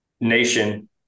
nation